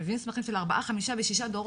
הם הביאו מסמכים של ארבע וחמישה ושישה דורות,